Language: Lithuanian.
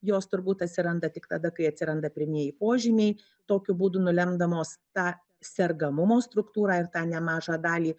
jos turbūt atsiranda tik tada kai atsiranda pirmieji požymiai tokiu būdu nulemdamos tą sergamumo struktūrą ir tą nemažą dalį